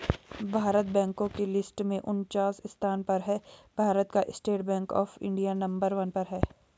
भारत बैंको की लिस्ट में उनन्चास स्थान पर है भारत का state bank of India number one पर है